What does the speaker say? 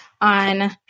on